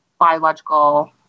biological